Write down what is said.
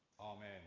Amen